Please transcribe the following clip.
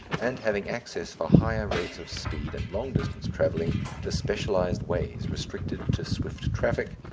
and having access for higher rates of speed and long-distance travelling to specialized ways restricted to swift traffic,